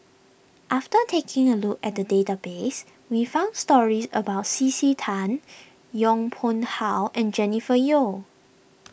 after taking a look at the database we found stories about C C Tan Yong Pung How and Jennifer Yeo